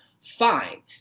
Fine